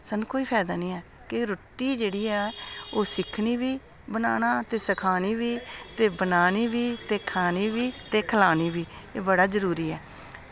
स्हानि कोई फायदा निं ऐ कि स्हानू रुट्टी जेह्ड़ी ऐ ओह् सिक्खनी बी बनाना ते सखानी बी ते बनानी बी खानी बी ते खलानी बी एह् बड़ा जरूरी ऐ